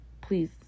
please